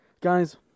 Guys